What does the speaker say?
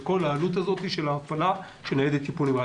את עלות הפעלת ניידת טיפול נמרץ.